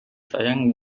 sayang